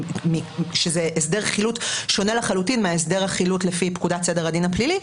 שזה הסדר חילוט שונה לחלוטין מהסדר החילוט לפי פקודת סדר הדין הפלילי,